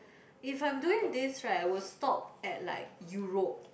if I'm doing this right I will stop at like Europe